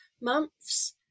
months